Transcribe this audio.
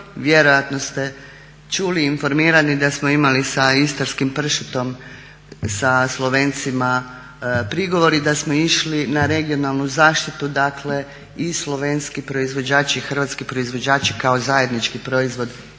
Vjerojatno ste čuli i informirani ste da smo imali sa istarskim pršutom sa Slovencima prigovor i da smo išli na regionalnu zaštitu, dakle i slovenski proizvođači i hrvatski proizvođači kao zajednički proizvod